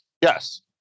Yes